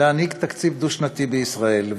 להנהיג תקציב דו-שנתי בישראל.